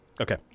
Okay